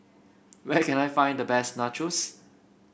where can I find the best Nachos